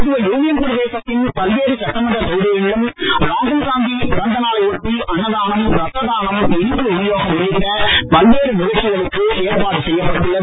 Puduvai union பிரதேசத்தின் பல்வேறு சட்டமன்ற தொகுதிகளிலும் ராகுல்காந்தி பிறந்த நாளை ஒட்டி அன்னதானம் ரத்ததானம் இனிப்பு விநியோகம் உள்ளிட்ட பல்வேறு நிகழ்ச்சிகளுக்கு ஏற்பாடு செய்யப்பட்டு உள்ளது